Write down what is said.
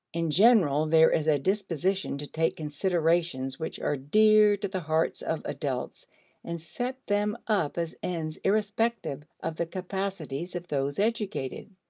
in general, there is a disposition to take considerations which are dear to the hearts of adults and set them up as ends irrespective of the capacities of those educated.